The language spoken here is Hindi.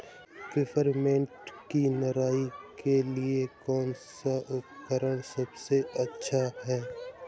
पिपरमिंट की निराई के लिए कौन सा उपकरण सबसे अच्छा है?